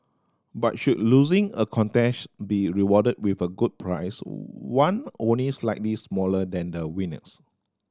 but should losing a contest be rewarded with a good prize one only slightly smaller than the winner's